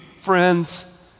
friends